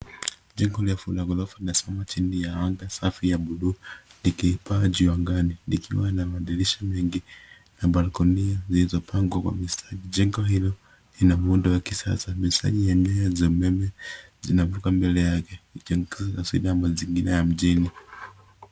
Jengo moja la ghorofa linasimama chini ya anga safi ya buluu ikipaa juu ya angani likiwa na madirisha mengi na balkonia zilizopangwa kwa ustadi. Jengo hilo lina muundo ya kisasa nyaya za umeme zinafuka mbele yake